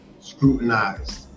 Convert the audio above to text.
scrutinized